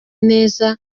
neza